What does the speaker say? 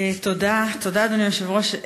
תודה, אדוני היושב-ראש.